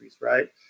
Right